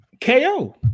KO